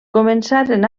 començaren